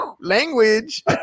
language